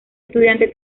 estudiante